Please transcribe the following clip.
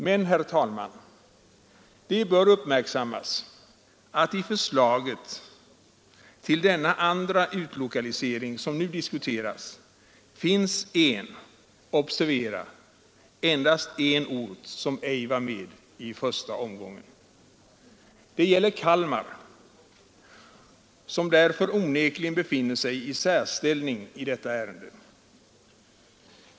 Men, herr talman, det bör uppmärksammas att i förslaget till denna andra utlokalisering, som nu diskuteras, finns en — observera endast en — ort som ej var med i första omgången. Det gäller Kalmar, som därför onekligen befinner sig i särställning i detta ärende.